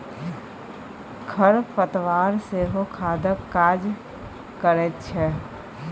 खर पतवार सेहो खादक काज करैत छै